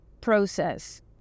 process